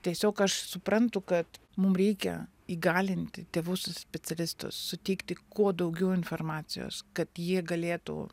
tiesiog aš suprantu kad mum reikia įgalinti tėvus su specialistu suteikti kuo daugiau informacijos kad jie galėtų